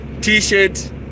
t-shirt